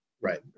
Right